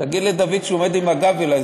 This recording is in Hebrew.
תגיד לדוד שהוא עומד עם הגב אלי.